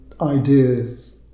ideas